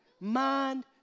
Mind